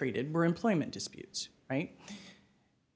rated were employment disputes right